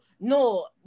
no